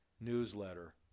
newsletter